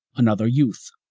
another youth,